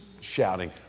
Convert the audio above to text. shouting